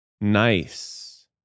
nice